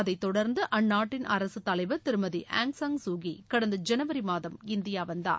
அதை தொடர்ந்து அந்நாட்டின் அரசு தலைவர் திருமதி ஆங் சான் சூகீ கடந்த ஜனவர் மாதம் இந்தியா வந்தார்